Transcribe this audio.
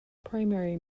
primary